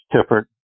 different